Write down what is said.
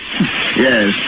Yes